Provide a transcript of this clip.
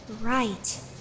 Right